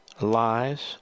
lies